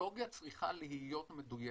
הטכנולוגיה צריכה להיות מדויקת.